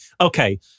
okay